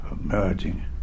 emerging